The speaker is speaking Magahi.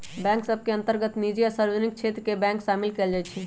बैंक सभ के अंतर्गत निजी आ सार्वजनिक क्षेत्र के बैंक सामिल कयल जाइ छइ